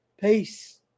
Peace